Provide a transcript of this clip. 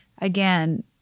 again